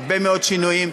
הרבה מאוד שינויים.